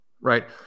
right